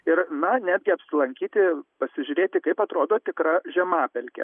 ir na netgi apsilankyti pasižiūrėti kaip atrodo tikra žemapelkė